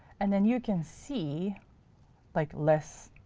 and then you can see like less